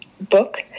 book